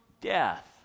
death